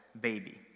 baby